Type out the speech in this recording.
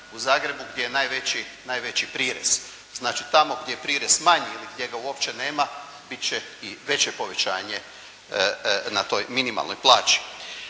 u Zagrebu gdje je najveći prirez. Znači, tamo gdje je prirez manji ili gdje ga uopće nema bit će i veće povećanje na toj minimalnoj plaći.